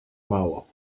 mało